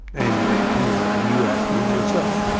and, you know, and you asked me yourself.